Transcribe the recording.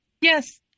Yes